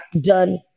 done